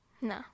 No